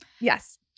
yes